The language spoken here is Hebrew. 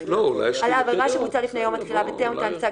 " (ב)על עבירה שבוצעה לפני יום התחילה וטרם ניתן פסק